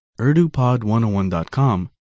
urdupod101.com